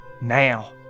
now